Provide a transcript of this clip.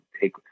take